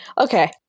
Okay